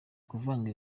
kuvanga